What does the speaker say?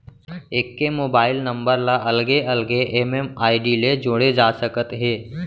एके mobile number ल अलगे अलगे एम.एम.आई.डी ले जोड़े जा सकत हे